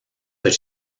but